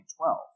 2012